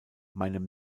meinem